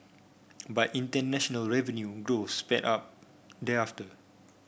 but international revenue growth sped up thereafter